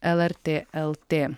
lrt lt